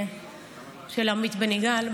של עמית בן יגאל,